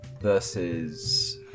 Versus